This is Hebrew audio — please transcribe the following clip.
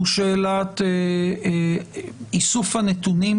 הוא שאלת איסוף הנתונים